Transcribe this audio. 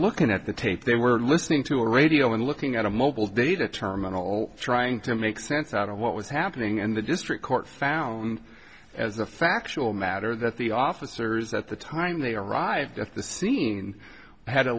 looking at the tape they were listening to a radio and looking at a mobile data terminal trying to make sense out of what was happening and the district court found as a factual matter that the officers at the time they arrived at the scene had a